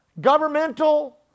governmental